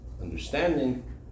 understanding